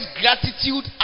gratitude